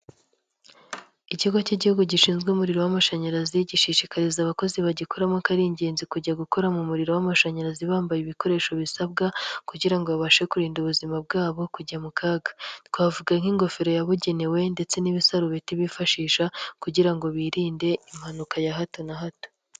Ikigo cy'Igihugu gishinzwe umuriro w'amashanyarazi, gishishikariza abakozi bagikoramo ko ari ingenzi kujya gukora mu muriro w'amashanyarazi bambaye ibikoresho bisabwa kugira ngo babashe kurinda ubuzima bwabo kujya mu kaga. Twavuga nk'ingofero yabugenewe ndetse n'ibisarubeti bifashisha kugira ngo birinde impanuka ya hato na hato.